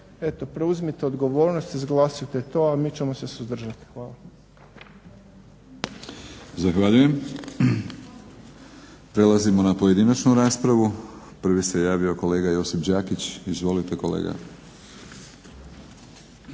eto preuzmite odgovornost, izglasujte to a mi ćemo se suzdržati. Hvala. **Batinić, Milorad (HNS)** Zahvaljujem. Prelazimo na pojedinačnu raspravu. Prvi se javio kolega Josip Đakić. Izvolite kolega.